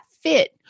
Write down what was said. fit